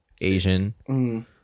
asian